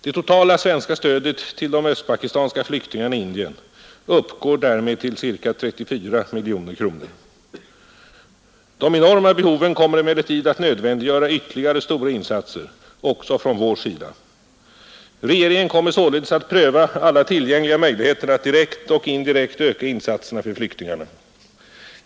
Det totala svenska stödet till de östpakistanska flyktingarna i Indien uppgår därmed till ca 34 miljoner kronor. De enorma behoven kommer emellertid att nödvändiggöra ytterligare stora insatser också från vår sida. Regeringen kommer således att pröva alla tillgängliga möjligheter att direkt och indirekt öka insatserna för flyktingarna.